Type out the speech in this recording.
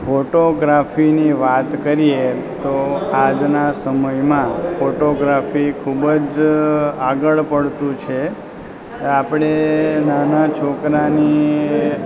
ફોટોગ્રાફીની વાત કરીએ તો આજના સમયમાં ફોટોગ્રાફી ખુબ જ આગળ પડતું છે આપણે નાના છોકરાની